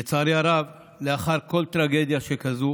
לצערי הרב, לאחר כל טרגדיה שכזו